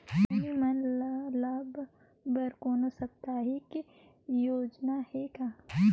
नोनी मन ल लाभ बर कोनो सामाजिक योजना हे का?